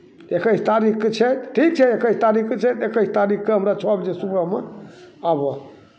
एकैस तारीककेँ छै ठीक छै एकैस तारीककेँ छै तऽ एकैस तारीककेँ हमरा छओ बजे सुबहमे आबह